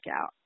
out